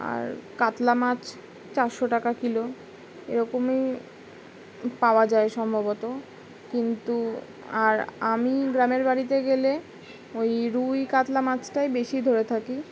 আর কাতলা মাছ চাসশো টাকা কিলো এরকমই পাওয়া যায় সম্ভবত কিন্তু আর আমি গ্রামের বাড়িতে গেলে ওই রুই কাতলা মাছটাই বেশি ধরে থাকি